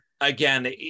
Again